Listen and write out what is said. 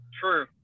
True